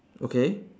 okay